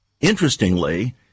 Interestingly